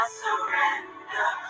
surrender